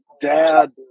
dad